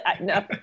no